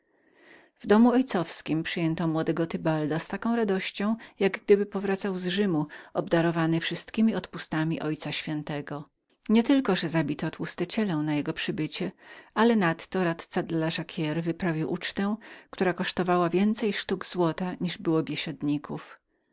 w domu ojcowskim przyjęto młodego tybalda z taką radością jak gdyby powracał z rzymu obciążony wszystkiemi odpustami ojca świętego nietylko że zabito tłuste cielę na jego przybycie ale nadto radca de la jacquire wyprawił ucztę która kosztowała więcej sztuk złota niż było